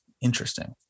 Interesting